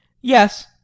Yes